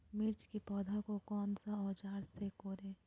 मिर्च की पौधे को कौन सा औजार से कोरे?